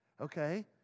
okay